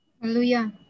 Hallelujah